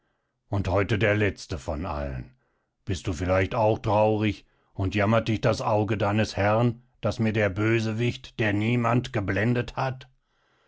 und heute der letzte von allen bist du vielleicht auch traurig und jammert dich das auge deines herrn das mir der bösewicht der niemand geblendet hat